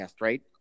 right